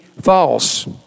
false